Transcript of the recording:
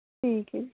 ਠੀਕ ਹੈ